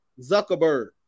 zuckerberg